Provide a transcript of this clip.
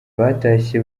batashye